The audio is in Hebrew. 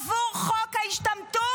עבור חוק ההשתמטות,